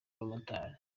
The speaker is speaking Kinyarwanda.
abamotari